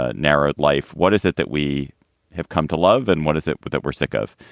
ah narrowed life. what is it that we have come to love and what is it that we're sick of?